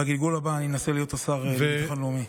בגלגול הבא אני אנסה להיות השר לביטחון לאומי.